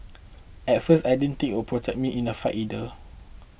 at first I didn't think it would protect me in a fight either